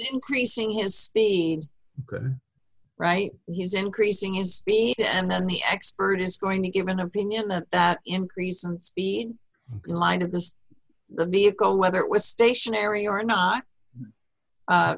increasing his speed right he's increasing his speed and then the expert is going to give an opinion that that increase in speed line of the the vehicle whether it was stationary are not